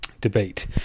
debate